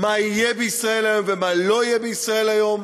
מה יהיה ב"ישראל היום" ומה לא יהיה ב"ישראל היום",